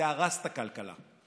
זה הרס את הכלכלה.